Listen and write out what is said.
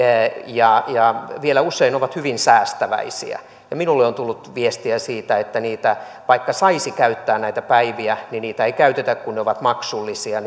ja usein he vielä ovat hyvin säästäväisiä minulle on tullut viestiä siitä että vaikka saisi käyttää näitä päiviä niin niitä ei käytetä kun ne ovat maksullisia